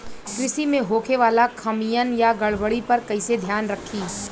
कृषि में होखे वाला खामियन या गड़बड़ी पर कइसे ध्यान रखि?